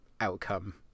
outcome